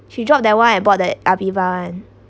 she dropped that one and bought the Aviva [one]